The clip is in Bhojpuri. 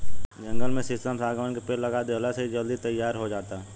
जंगल में शीशम, शागवान के पेड़ लगा देहला से इ जल्दी तईयार हो जाता